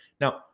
now